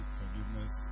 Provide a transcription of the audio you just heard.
forgiveness